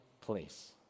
place